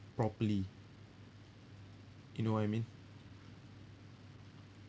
properly you know what I mean